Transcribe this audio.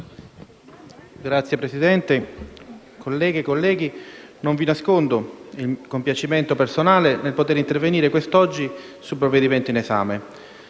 Signor Presidente, colleghe e colleghi, non vi nascondo il compiacimento personale nel potere intervenire quest'oggi sul provvedimento in esame.